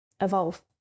evolve